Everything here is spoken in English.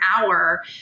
hour